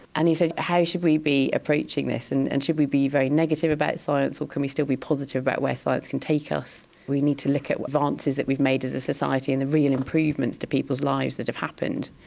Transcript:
and he said how should we be approaching this, and and should we be very negative about science or can we still be positive about where science can take us? we need to look at advances that we've made as a society and the real improvements to people's lives that have happened,